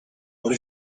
what